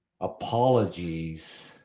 Apologies